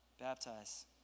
Baptize